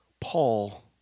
Paul